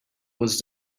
was